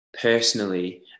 personally